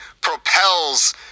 propels